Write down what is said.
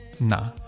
nah